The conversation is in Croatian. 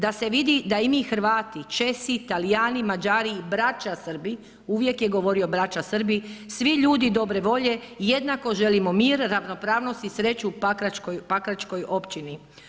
Da se vidi da i mi Hrvati, Česi, Talijani, Mađari i braća Srbi, …“, uvijek je govorio braća Srbi, „…svi ljudi dobre volje jednako želimo mir, ravnopravnost i sreću u pakračkoj općini.